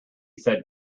said